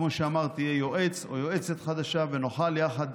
כמו שאמרתי, יהיו יועץ או יועצת חדשים, ונוכל יחד